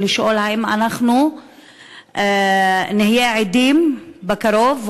ולשאול האם אנחנו נהיה עדים בקרוב,